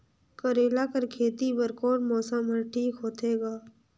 करेला कर खेती बर कोन मौसम हर ठीक होथे ग?